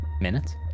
Minutes